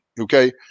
Okay